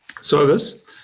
service